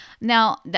Now